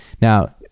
Now